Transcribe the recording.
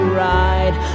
ride